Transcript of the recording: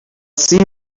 sea